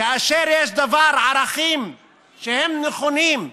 כאשר יש ערכים שהם נכונים: